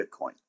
bitcoin